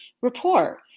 Report